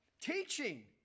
teaching